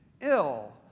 ill